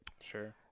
Sure